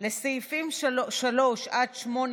עודד פורר,